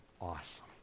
awesome